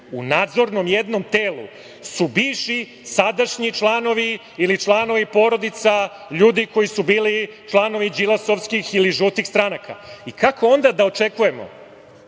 u nadzornom jednom telu su bivši, sadašnji članovi ili članovi porodica, ljudi koji su bili članovi Đilasovskih ili žutih stranaka. Kako onda da očekujemo